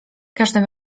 każdym